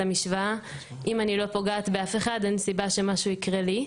המשוואה אם אני לא פוגעת באף אחד אין סיבה שמשהו יקרה לי".